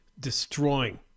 destroying